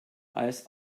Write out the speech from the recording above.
als